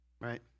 right